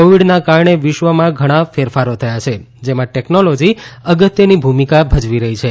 કોવિડના કારણે વિશ્વમાં ઘણા ફેરફારો થયા છે જેમાં ટેકનોલોજી અગત્યની ભૂમિકા ભજવી રહી છે